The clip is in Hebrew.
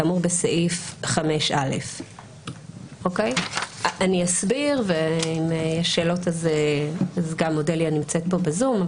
כאמור בסעיף 5א.". אני אסביר ואם יש שאלות אז אודליה נמצאת פה בזום.